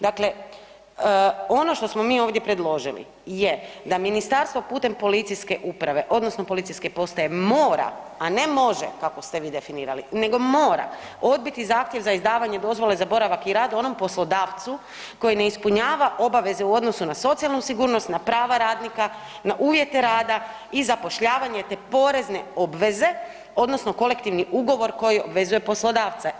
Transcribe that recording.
Dakle, ono što smo mi ovdje predložili je da ministarstvo putem policijske uprave odnosno policijske postaje mora, a ne može kako ste vi definirali, nego mora odbiti zahtjev za izdavanje dozvole za boravak i rad onom poslodavcu koji ne ispunjava obaveze u odnosu na socijalnu sigurnost, na prava radnika, na uvjete rada i zapošljavanje te porezne obveze odnosno kolektivni ugovor koji obvezuje poslodavca.